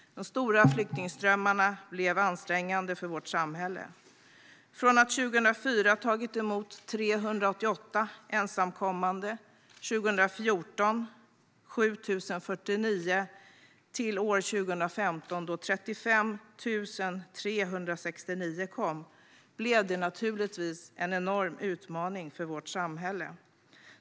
De stora flyktingströmmarna blev ansträngande för vårt samhälle. Från att Sverige 2004 tog emot 388 ensamkommande och 2014 tog emot 7 049 till att man år 2015 tog emot 35 369 blev det naturligtvis en enorm utmaning för vårt samhälle.